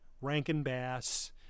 Rankin-Bass